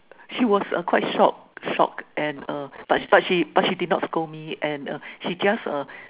she was uh quite shocked shocked and err but she but she but she did not scold me and err she just err